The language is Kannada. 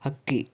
ಹಕ್ಕಿ